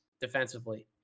defensively